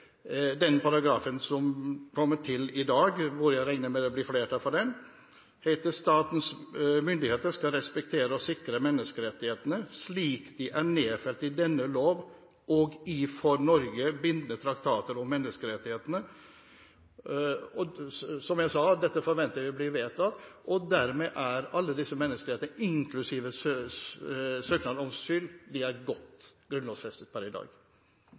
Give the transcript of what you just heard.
den paragrafen som kommer til i dag – og jeg regner med det blir flertall for den – heter det: «Statens myndigheter skal respektere og sikre menneskerettighetene slik de er nedfelt i denne grunnlov og i for Norge bindende traktater om menneskerettigheter.» Som jeg sa, dette forventer jeg at blir vedtatt. Dermed er alle disse menneskerettighetene, inklusive retten til å søke asyl, godt grunnlovfestet per i dag.